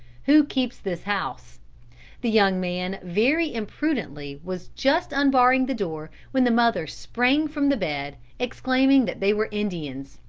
who keeps this house the young man very imprudently was just unbarring the door when the mother sprang from the bed, exclaiming that they were indians.